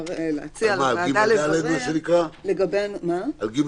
להציע לוועדה לברר --- על (ג),